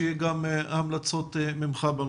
שיהיו המלצות ממך בנושא.